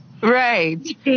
Right